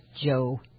Joe